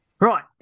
Right